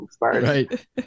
Right